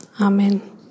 Amen